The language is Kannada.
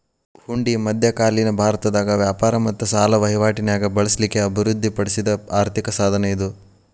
ಹುಂಡಿ ಮಧ್ಯಕಾಲೇನ ಭಾರತದಾಗ ವ್ಯಾಪಾರ ಮತ್ತ ಸಾಲ ವಹಿವಾಟಿ ನ್ಯಾಗ ಬಳಸ್ಲಿಕ್ಕೆ ಅಭಿವೃದ್ಧಿ ಪಡಿಸಿದ್ ಆರ್ಥಿಕ ಸಾಧನ ಇದು